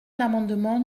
l’amendement